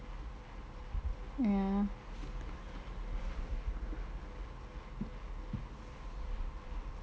ya